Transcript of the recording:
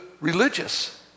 religious